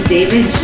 David